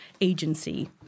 agency